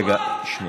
לך זה השתמע.